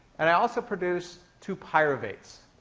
and i also produce two pyruvates.